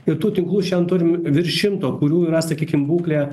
ir tų tinklų šian turim virš šimto kurių yra sakykim būklė